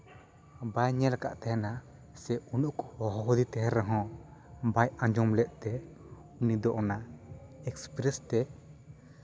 ᱵᱟᱭ ᱧᱮᱞ ᱠᱟᱫ ᱛᱟᱦᱮᱱᱟ ᱥᱮ ᱩᱱᱟᱹᱜ ᱠᱚ ᱦᱚᱦᱚᱣᱟᱫᱮ ᱛᱟᱦᱮᱸᱫ ᱨᱮᱦᱚᱸ ᱵᱟᱭ ᱟᱸᱡᱚᱢ ᱞᱮᱫ ᱛᱮ ᱩᱱᱤ ᱫᱚ ᱚᱱᱟ ᱮᱠᱥᱯᱨᱮᱥ ᱛᱮ